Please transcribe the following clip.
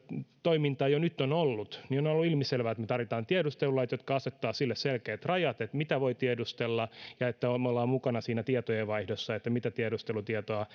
toimintaa jo nyt on ollut on ollut ilmiselvää että me tarvitsemme tiedustelulait jotka asettavat selkeät rajat sille mitä voi tiedustella ja kun me olemme mukana tietojenvaihdossa sille mitä tiedustelutietoa